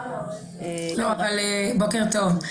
בוקר טוב.